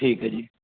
ਠੀਕ ਹੈ ਜੀ